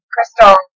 Crystal